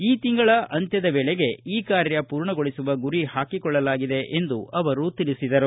ಈ ತಿಂಗಳ ಅಂತ್ಯದ ವೇಳೆಗೆ ಈ ಕಾರ್ಯ ಪೂರ್ಣಗೊಳಿಸುವ ಗುರಿ ಹಾಕಿಕೊಳ್ಳಲಾಗಿದೆ ಎಂದು ಅವರು ತಿಳಿಸಿದರು